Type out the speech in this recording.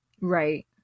Right